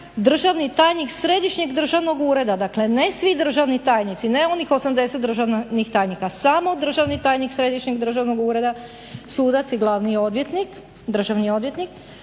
državni tajnik Središnjeg državnog ureda, dakle ne svi državni tajnici ne onih 80 državnih tajnika samo državni tajnik Središnjeg državnog ureda, sudac i Glavni državni odvjetnik